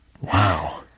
Wow